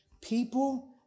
People